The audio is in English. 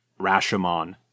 Rashomon